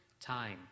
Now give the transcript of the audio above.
Time